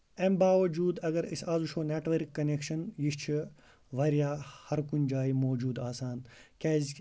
اَمہِ باؤجوٗد اَگر أسۍ آز وٕچھو نیٹؤرک کَنیکشن یہِ چھ واریاہ ہر کُنہِ جایہِ موجوٗد آسان کیازِ کہِ